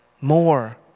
more